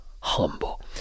humble